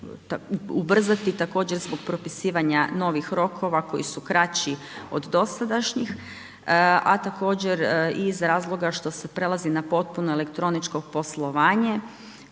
ubrzati, također zbog propisivanja novih rokova koji su kraći od dosadašnjih, a također iz razloga što se prelazi na potpuno elektroničko poslovanje